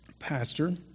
Pastor